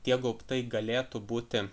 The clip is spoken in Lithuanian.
tie gaubtai galėtų būti